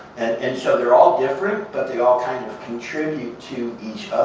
and so they're all different. but they all kind of contribute to each